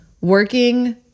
working